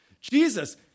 Jesus